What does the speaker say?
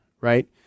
right